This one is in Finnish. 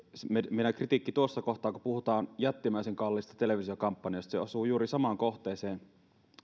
meidän kritiikkimme tuossa kohtaa kun puhutaan jättimäisen kalliista televisiokampanjoista osuu juuri samaan kohteeseen